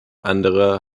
andere